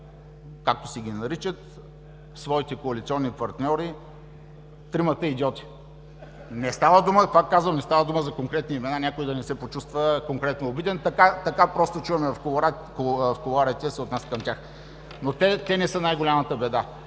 както си наричат своите коалиционни партньори – „тримата идиоти“. Пак казвам – не става дума за конкретни имена, някой да не се почувства конкретно обиден. Така чуваме в кулоарите да се отнасят към тях. Но те не са най-голямата беда.